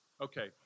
Okay